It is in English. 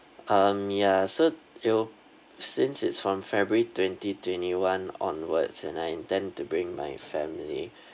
um ya so it'll since it's from february twenty twenty one onwards and I intend to bring my family